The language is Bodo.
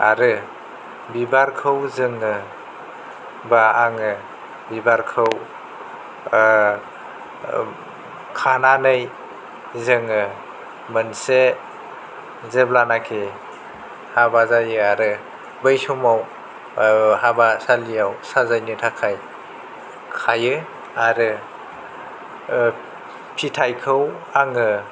आरो बिबारखौ जोङो बा आङो बिबारखौ ओ खानानै जोङो मोनसे जेब्लानाखि हाबा जायो आरो बै समाव ओ हाबासालियाव साजायनो थाखाय खायो आरो ओ फिथाइखौ आङो